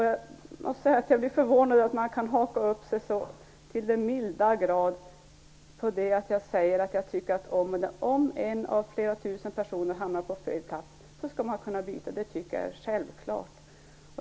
Jag måste säga att jag blir förvånad över att man kan haka upp sig så till den milda grad på att jag säger att jag tycker att om en av flera tusen personer hamnar på fel plats skall han eller hon kunna byta. Det tycker jag är självklart.